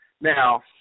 Now